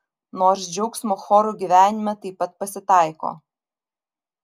nors džiaugsmo chorų gyvenime taip pat pasitaiko